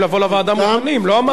לא אמרתי לבוא לא מוכנים.